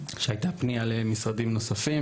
שהיתה פנייה למשרדים נוספים,